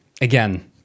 Again